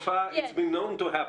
It’s been known to happen.